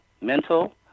mental